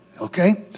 Okay